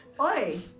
Oi